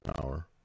power